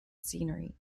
scenery